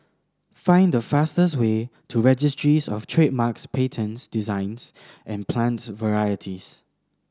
find the fastest way to Registries Of Trademarks Patents Designs and Plants Varieties